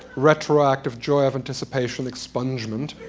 retroactive joy of anticipation expungement.